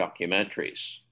documentaries